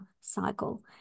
cycle